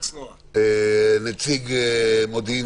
נציג מודיעין